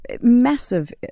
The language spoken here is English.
massive